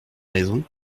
raisons